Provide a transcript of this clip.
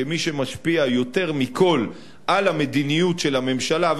כמי שמשפיע יותר מכול על המדיניות של הממשלה,